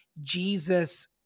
Jesus